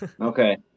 okay